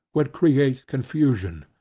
would create confusion.